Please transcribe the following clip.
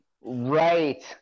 right